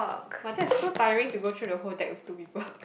but that's so tiring to go through the whole deck with two people